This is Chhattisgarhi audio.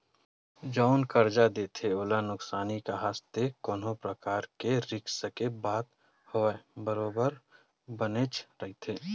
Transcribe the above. जउन करजा देथे ओला नुकसानी काहय ते कोनो परकार के रिस्क के बात होवय बरोबर बनेच रहिथे